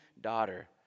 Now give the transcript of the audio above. daughter